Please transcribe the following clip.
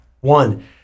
One